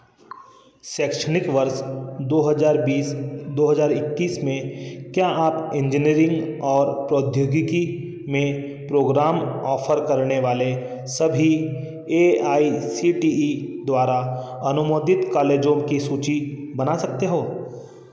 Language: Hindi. शैक्षणिक वर्ष दो हज़ार बीस दो हज़ार इक्कीस में क्या आप इंजीनियरिंग और प्रौद्योगिकी में प्रोग्राम ऑफ़र करने वाले सभी A I C T E द्वारा अनुमोदित कॉलेजों की सूची बना सकते हो